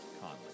Conley